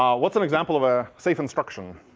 um what's an example of a safe instruction?